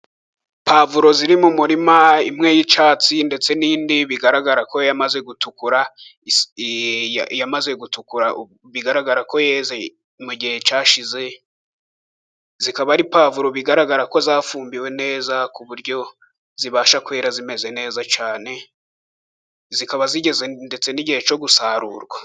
Pavuro ziri mu murima, imwe y'icatsi, ndetse n'indi bigaragara ko yamaze gutukura, bigaragara ko yeze mu gihe cyashize, zikaba ari ipavuro bigaragara ko zafumbiwe neza, ku buryo zibasha kwera zimeze neza cyane, zikaba zigeze ndetse n'igihe cyo gusarurwa.